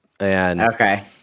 Okay